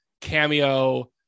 cameo